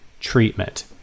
treatment